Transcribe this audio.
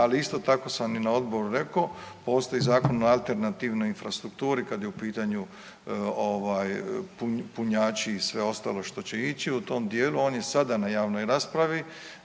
ali isto tako sam i na odboru rekao postoji Zakon o alternativnoj infrastrukturi kad je u pitanju ovaj punjači i sve ostalo što će ići u tom dijelu. On je sada na javnoj raspravi.